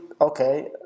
okay